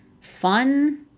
fun